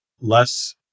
less